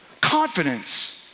confidence